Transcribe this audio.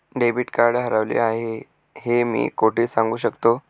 Debit card हरवले आहे हे मी कोठे सांगू शकतो?